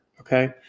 okay